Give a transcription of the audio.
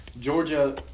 Georgia